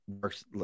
works